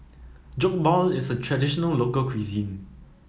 Jokbal is a traditional local cuisine